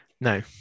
No